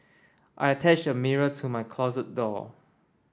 I attached a mirror to my closet door